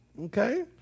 Okay